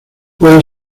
puede